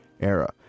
era